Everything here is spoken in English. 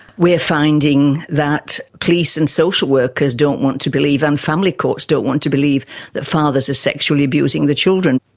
we are finding that police and social workers don't want to believe and family courts don't want to believe that fathers are sexually abusing the children.